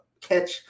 catch